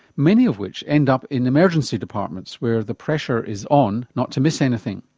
many of which end up in emergency departments where the pressure is on not to miss anything.